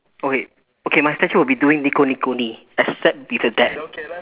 okay okay my statue will be doing nico nico nii except with a dab